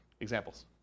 Examples